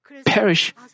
perish